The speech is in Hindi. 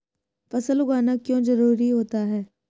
फसल उगाना क्यों जरूरी होता है?